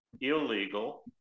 illegal